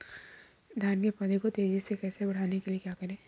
धान के पौधे को तेजी से बढ़ाने के लिए क्या करें?